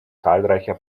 zahlreicher